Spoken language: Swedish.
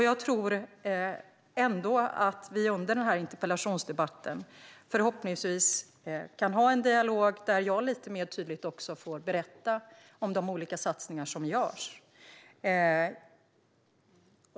Jag tror ändå att vi under den här interpellationsdebatten förhoppningsvis kan ha en dialog där jag lite mer tydligt får berätta om de olika satsningar som görs.